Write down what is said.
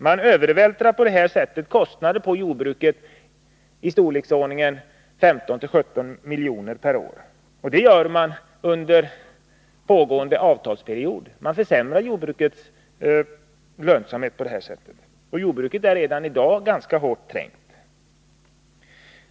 Man övervältrar på det här sättet kostnader på jordbruket i storleksordningen 15-17 milj.kr. per år, och det gör man under pågående avtalsperiod. Man försämrar jordbrukets lönsamhet på det här sättet, och jordbruket är redan i dag ganska hårt trängt.